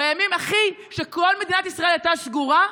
בימים הכי, כשכל מדינת ישראל הייתה סגורה,